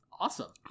Awesome